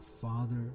father